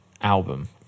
album